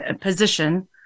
position